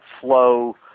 flow